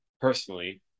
personally